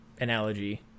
analogy